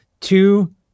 Two